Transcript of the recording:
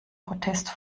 protest